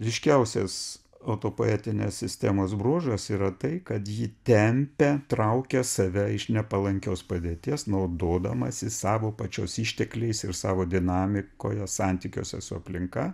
ryškiausias autopoetinės sistemos bruožas yra tai kad ji tempia traukia save iš nepalankios padėties naudodamasi savo pačios ištekliais ir savo dinamikoje santykiuose su aplinka